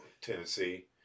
Tennessee